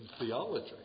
theology